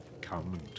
come